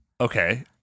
Okay